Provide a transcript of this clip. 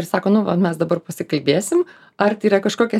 ir sako nu va mes dabar pasikalbėsim ar tai yra kažkokia